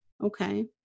Okay